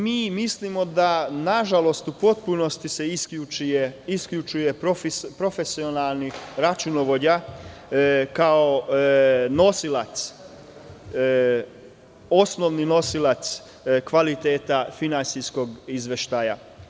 Mislimo da se u potpunosti isključuje profesionalni računovođa kao nosilac, osnovni nosilac kvaliteta finansijskog izveštaja.